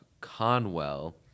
Conwell